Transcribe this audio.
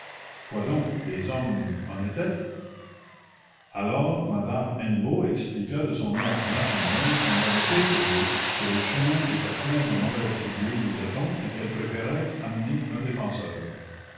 quoi donc les hommes en étaient alors madame hennebeau expliqua de son air maternel qu'on l'avait effrayée que les chemins étaient pleins de mauvaises figures disait-on et qu'elle préférait emmener un défenseur